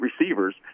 receivers